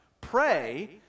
Pray